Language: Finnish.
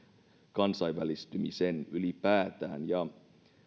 kansainvälistymisen ylipäätään